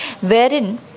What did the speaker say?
Wherein